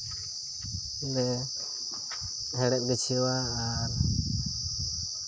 ᱞᱮ ᱦᱮᱬᱦᱮᱫ ᱜᱟᱹᱪᱷᱭᱟᱹᱣᱟ ᱟᱨ